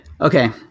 Okay